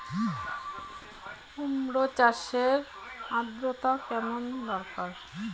কুমড়ো চাষের আর্দ্রতা কেমন দরকার?